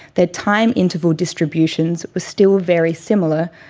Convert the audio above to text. their time-interval distributions were still very similar,